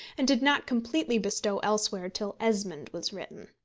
and did not completely bestow elsewhere till esmond was written.